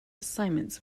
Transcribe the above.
assignments